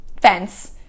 fence